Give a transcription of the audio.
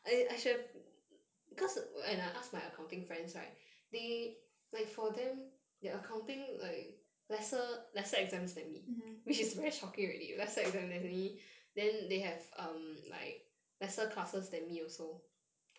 mm